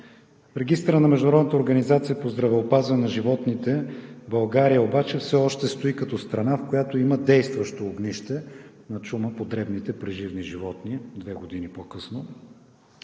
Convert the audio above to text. регистъра на Международната организация по здравеопазване на животните България обаче все още стои като страна, в която има действащо огнище на чума по дребните преживни животни – две години по-късно.